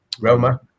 Roma